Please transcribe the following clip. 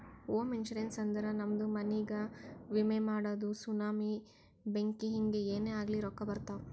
ಹೋಮ ಇನ್ಸೂರೆನ್ಸ್ ಅಂದುರ್ ನಮ್ದು ಮನಿಗ್ಗ ವಿಮೆ ಮಾಡದು ಸುನಾಮಿ, ಬೆಂಕಿ ಹಿಂಗೆ ಏನೇ ಆಗ್ಲಿ ರೊಕ್ಕಾ ಬರ್ತಾವ್